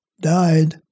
died